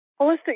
holistic